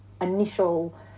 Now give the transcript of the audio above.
initial